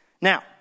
Now